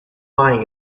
lying